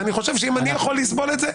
ואני חושב שאם אני יכול לסבול את זה,